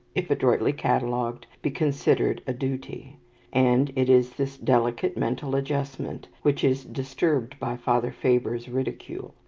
if adroitly catalogued, be considered a duty and it is this delicate mental adjustment which is disturbed by father faber's ridicule.